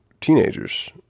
teenagers